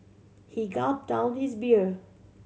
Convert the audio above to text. he gulped down his beer